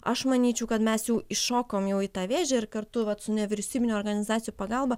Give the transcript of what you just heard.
aš manyčiau kad mes jau įšokom jau į tą vėžę ir kartu su nevyriausybinių organizacijų pagalba